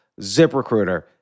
ZipRecruiter